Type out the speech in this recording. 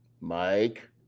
mike